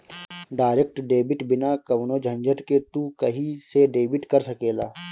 direct debit बिना कवनो झंझट के तू कही से डेबिट कर सकेला